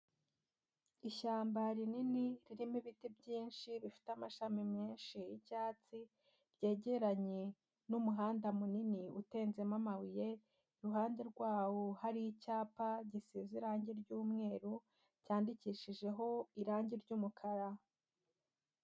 Ishyamba rinini, ririmo ibiti byinshi bifite amashami menshi y'icyatsi, ryegeranye n'umuhanda munini utenzemo amabuye, iruhande rwawo hari icyapa gisize irangi ry'umweru, cyandikishijeho irangi ry'umukara.